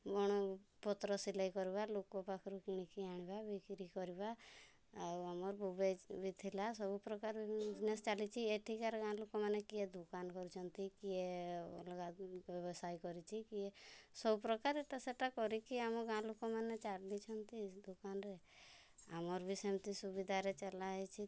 ଗଣ ପତ୍ର ସିଲେଇ କରିବା ଲୋକ ପାଖରୁ କିଣି କି ଆଣିବା ଆଉ ବିକ୍ରି କରିବା ଆଉ ଆମର ଥିଲା ସବୁ ପ୍ରକାର ବିଜିନେସ୍ ଚାଲିଛି ଏଠିକାର ଗାଁ ଲୋକମାନେ କିଏ ଦୋକାନ୍ କରିଛନ୍ତି କିଏ ଅଲଗା ବ୍ୟବସାୟୀ କରିଛି କିଏ ସବୁ ପ୍ରକାର ଏଇଟା ସେଇଟା କରି କି ଆମ ଗାଁ ଲୋକମାନେ ଚାଲିଛନ୍ତି ଦୋକାନ୍ରେ ଆମର ବି ସେମିତି ସବୁ ସୁବିଧାରେ ଚଲା ହେଇଛି